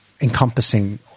encompassing